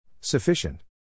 Sufficient